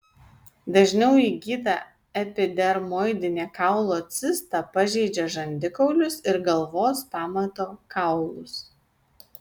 dažniau įgyta epidermoidinė kaulo cista pažeidžia žandikaulius ir galvos pamato kaulus